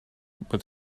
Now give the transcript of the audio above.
but